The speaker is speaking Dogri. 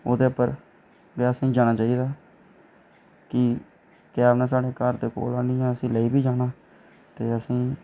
ते ओह्दे पर असें गी जाना चाहिदा कि कैब उन्ने साढ़े घर दे कोल आह्नियै लेई बी जाना ते असें गी